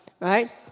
right